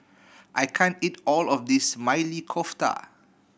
I can't eat all of this Maili Kofta